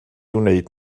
wneud